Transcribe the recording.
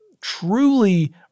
truly